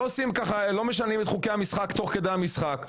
לא משנים את חוקי המשחק תוך כדי המשחק.